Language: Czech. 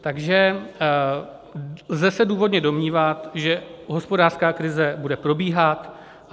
Takže lze se důvodně domnívat, že hospodářská krize bude probíhat, a